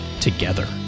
together